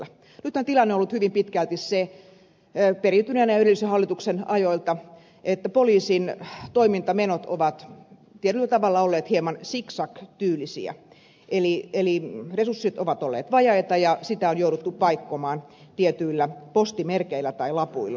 nythän tilanne on ollut hyvin pitkälti se periytyneenä edellisen hallituksen ajoilta että poliisin toimintamenot ovat tietyllä tavalla olleet hieman siksak tyylisiä eli resurssit ovat olleet vajaita ja niitä on jouduttu paikkomaan tietyillä postimerkeillä tai lapuilla